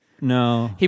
No